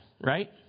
right